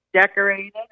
decorated